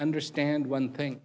understand one thing